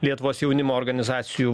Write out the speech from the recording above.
lietuvos jaunimo organizacijų